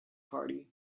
party